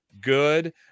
Good